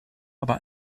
aber